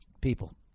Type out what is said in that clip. People